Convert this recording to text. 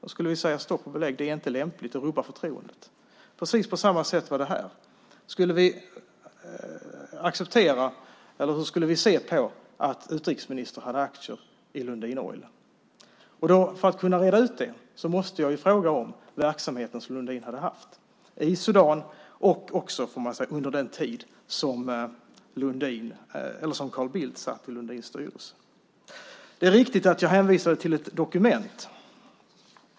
Då skulle vi säga: Stopp och belägg! Det är inte lämpligt. Det rubbar förtroendet. Det var på precis samma sätt här. Hur skulle vi se på att utrikesministern hade aktier i Lundin Oil? För att kunna reda ut det måste jag fråga om den verksamhet som Lundin hade haft i Sudan under den tid som Carl Bildt satt i Lundins styrelse. Det är riktigt att jag hänvisade till ett dokument.